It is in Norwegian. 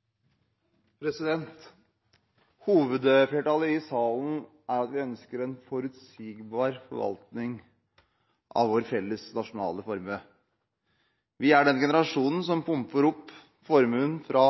i salen ønsker en forutsigbar forvaltning av vår felles nasjonale formue. Vi er den generasjonen som pumper opp formuen fra